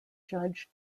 judged